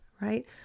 right